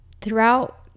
throughout